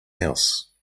house